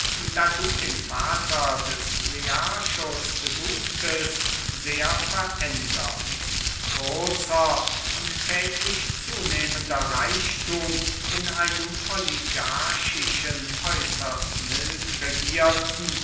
da du den vater des learchus besuchtest sehr verändert großer und täglich zunehmender reichthum in einem oligarchischen äußerst mild regierten